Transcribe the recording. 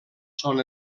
són